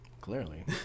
Clearly